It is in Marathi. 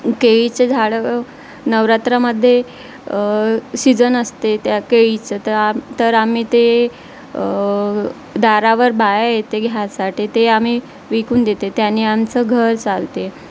केळीचे झाडं नवरात्रामध्ये सिजन असते त्या केळीचं तर आ तर आम्ही ते दारावर बाया येते घ्यायसाठी ते आम्ही विकून देते त्याने आमचं घर चालते